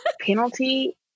penalty